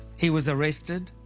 he was arrested,